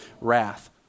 wrath